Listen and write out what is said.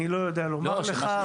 אני לא יודע לומר לך,